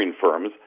firms